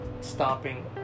stopping